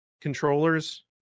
controllers